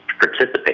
participate